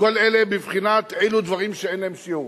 כל אלה בבחינת דברים שאין להם שיעור.